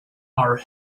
our